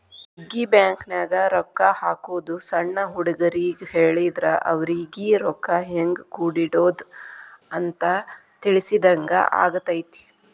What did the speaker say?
piggy ಬ್ಯಾಂಕನ್ಯಾಗ ರೊಕ್ಕಾ ಹಾಕೋದು ಸಣ್ಣ ಹುಡುಗರಿಗ್ ಹೇಳಿದ್ರ ಅವರಿಗಿ ರೊಕ್ಕಾ ಹೆಂಗ ಕೂಡಿಡೋದ್ ಅಂತ ತಿಳಿಸಿದಂಗ ಆಗತೈತಿ